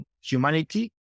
humanity